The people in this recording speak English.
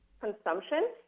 consumption